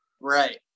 right